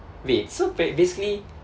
wait so ba~ basically